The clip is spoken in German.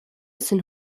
sind